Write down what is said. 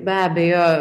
be abejo